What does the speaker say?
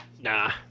nah